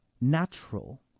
natural